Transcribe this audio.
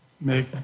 make